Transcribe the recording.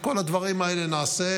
את כל הדברים האלה נעשה.